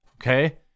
Okay